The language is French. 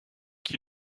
qui